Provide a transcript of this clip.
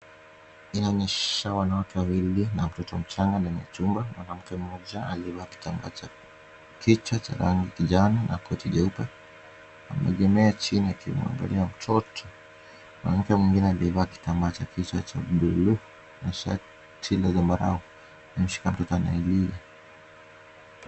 Inaonyesha wanawake wawili na mtoto mchanga ndani ya chumba. Mwanamke mmoja aliyevaa kitamba cha kichwa cha rangi ya kijani na koti jeupe. Ameegemea chini akimwangalia mtoto. Mwanamke mwingine aliyevaa kitambaa cha kichwa cha buluu na shati la zambarau amemshika mtoto anayelia.